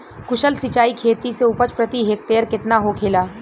कुशल सिंचाई खेती से उपज प्रति हेक्टेयर केतना होखेला?